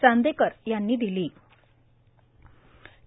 चांदेकर यांनी दलो